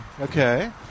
Okay